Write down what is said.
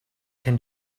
can